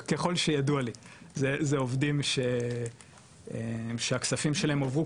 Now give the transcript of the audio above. שידוע לי זה עובדים שהכספים שלהם הועברו